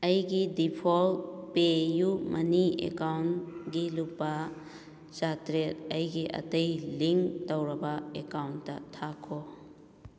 ꯑꯩꯒꯤ ꯗꯤꯐꯣꯜꯇ ꯄꯦꯌꯨ ꯃꯅꯤ ꯑꯦꯀꯥꯎꯟꯒꯤ ꯂꯨꯄꯥ ꯆꯥꯇꯔꯦꯠ ꯑꯩꯒꯤ ꯑꯇꯩ ꯂꯤꯡꯛ ꯇꯧꯔꯕ ꯑꯦꯀꯥꯎꯟꯗ ꯊꯥꯈꯣ